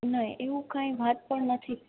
નહીં એવું કાંઈ વાત પણ નથી